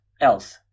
else